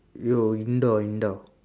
yo indoor indoor